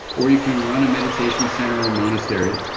or you can run a meditation center or a monastery,